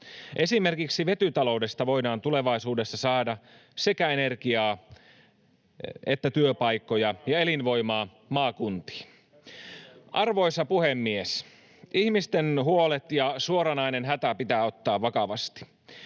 Esimerkiksi vetytaloudesta voidaan tulevaisuudessa saada sekä energiaa että työpaikkoja [Juha Mäenpään välihuuto] ja elinvoimaa maakuntiin. Arvoisa puhemies! Ihmisten huolet ja suoranainen hätä pitää ottaa vakavasti.